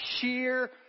sheer